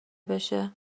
بشه